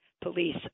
police